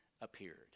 appeared